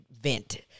vent